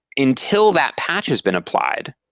until that patch has been applied,